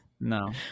no